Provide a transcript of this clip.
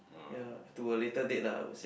ya to a later date lah I would say